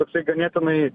toksai ganėtinai